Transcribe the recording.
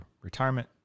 retirement